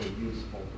useful